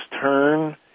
turn